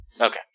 Okay